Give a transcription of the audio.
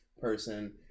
person